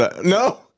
No